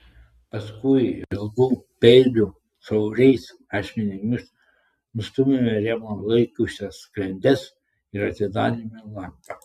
paskui ilgu peiliu siaurais ašmenimis nustūmėme rėmą laikiusias sklendes ir atidarėme langą